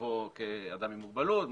מצבו כאדם עם מוגבלות,